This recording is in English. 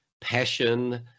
passion